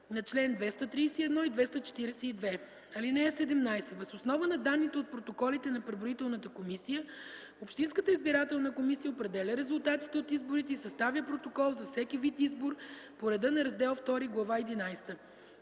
на чл. 231 и 242. (17) Въз основа на данните от протоколите на преброителната комисия общинската избирателна комисия определя резултатите от изборите и съставя протокол за всеки вид избор по реда на Раздел ІІ, Глава